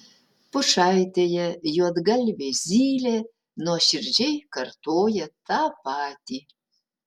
pušaitėje juodgalvė zylė nuoširdžiai kartoja tą patį